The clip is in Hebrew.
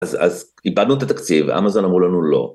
‫אז איבדנו את התקציב, אמזון אמרו לנו לא.